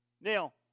Now